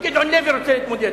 שגדעון לוי רוצה להתמודד,